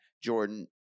Jordan